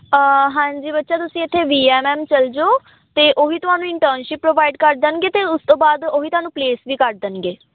ਹਾਂਜੀ ਬੱਚਾ ਤੁਸੀਂ ਇੱਥੇ ਵੀ ਐੱਮ ਐੱਮ ਚੱਲ ਜਾਓ ਅਤੇ ਉਹ ਹੀ ਤੁਹਾਨੂੰ ਇੰਟਰਨਸ਼ਿਪ ਪ੍ਰੋਵਾਈਡ ਕਰ ਦੇਣਗੇ ਅਤੇ ਉਸ ਤੋਂ ਬਾਅਦ ਉਹ ਹੀ ਤੁਹਾਨੂੰ ਪਲੇਸ ਵੀ ਕਰ ਦੇਣਗੇ